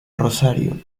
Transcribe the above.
rosario